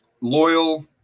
Loyal